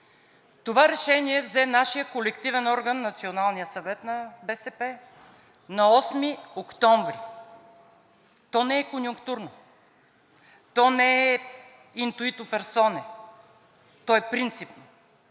Това решение взе нашият колективен орган – Националният съвет на БСП, на 8 октомври. То не е конюнктурно, то не е intuito personae, то е принципно,